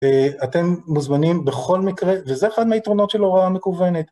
אתם מוזמנים בכל מקרה, וזה אחת מהיתרונות של הוראה מקוונת.